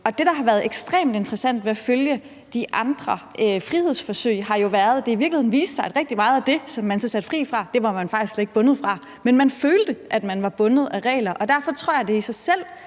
det, der har været ekstremt interessant ved at følge de andre frihedsforsøg, har jo været, at det i virkeligheden viste sig, at rigtig meget af det, som man så blev sat fri fra, var man faktisk slet ikke bundet af. Men man følte, at man var bundet af regler. Derfor tror jeg, at det i sig selv